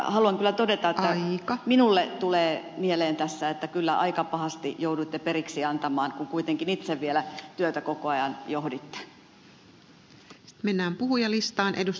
haluan kyllä todeta että minulle tulee mieleen tässä että kyllä aika pahasti jouduitte periksi antamaan kun kuitenkin itse vielä työtä koko ajan johditte